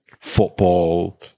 football